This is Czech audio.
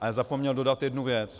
Ale zapomněl dodat jednu věc.